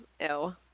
Ew